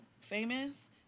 famous